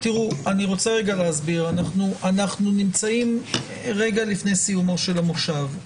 אנחנו נמצאים רגע לפני סיומו של המושב.